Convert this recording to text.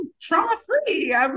trauma-free